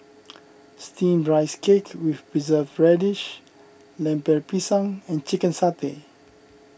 Steamed Rice Cake with Preserved Radish Lemper Pisang and Chicken Satay